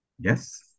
Yes